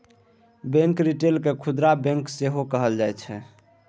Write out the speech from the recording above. bank retail केँ खुदरा bank सेहो कहल जाइ छै